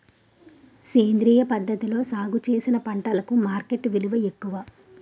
సేంద్రియ పద్ధతిలో సాగు చేసిన పంటలకు మార్కెట్ విలువ ఎక్కువ